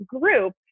group